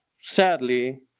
sadly